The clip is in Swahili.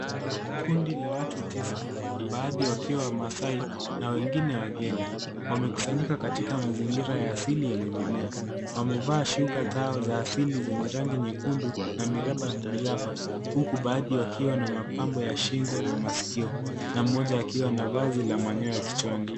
Kundi la watu tisa, baadhi wakiwa wamasai na wengine wageni. Wamekusanyika katika mazingira ya asili yenye mimea. Wamevaa shuka zao za asili zenye rangi nyekundu na miraba miraba huku baadhi wakiwa na mapambo ya shingo na masikio na mmoja akiwa na vazi la manyoya kichwani.